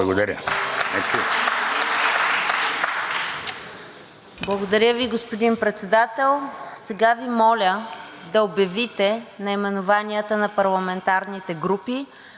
Благодаря Ви, господин Председател. Сега Ви моля да обявите наименованията на парламентарните групи,